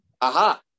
Aha